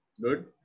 good